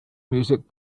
music